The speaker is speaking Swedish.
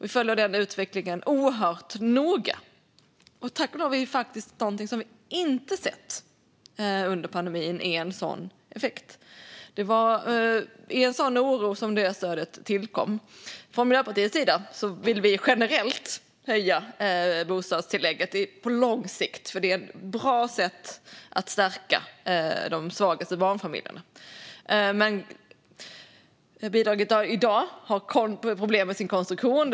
Vi följer den utvecklingen oerhört noga. Tack och lov har vi faktiskt inte sett någon sådan effekt under pandemin. Det var på grund av denna oro som detta stöd tillkom. Från Miljöpartiets sida vill vi generellt höja bostadstillägget på lång sikt, för det är ett bra sätt att stärka de svagaste barnfamiljerna. Det finns i dag problem med bidragets konstruktion.